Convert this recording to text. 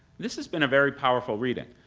this has been a very powerful reading,